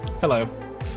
Hello